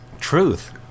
Truth